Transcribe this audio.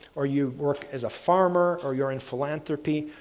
or you work as a farmer, or you're in philanthropy,